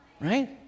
right